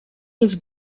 his